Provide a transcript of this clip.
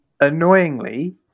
Annoyingly